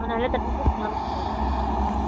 ஆ நல்ல ப்ளேஸ் ம்